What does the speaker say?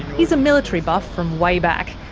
he's a military buff from way back,